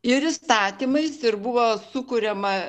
ir įstatymais ir buvo sukuriama